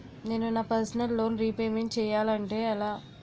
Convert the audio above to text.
నేను నా personal loan repayment చేయాలంటే ఎలా?